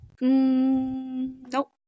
Nope